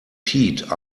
peat